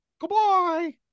Goodbye